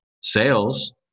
sales